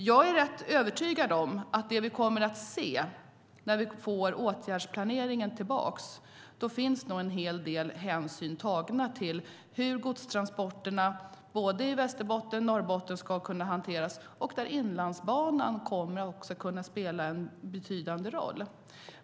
Jag är övertygad om att vad vi får se när vi får åtgärdsplaneringen tillbaka är att en hel del hänsyn är tagna till hur godstransporterna i Västerbotten och Norrbotten ska hanteras och där Inlandsbanan kommer att spela en betydande roll.